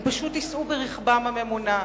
הם פשוט ייסעו ברכבם הממונע,